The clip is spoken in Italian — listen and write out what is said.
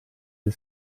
del